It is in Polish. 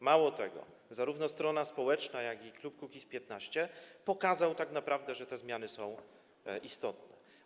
Mało tego, zarówno strona społeczna, jak i klub Kukiz’15 pokazały tak naprawdę, że te zmiany są istotne.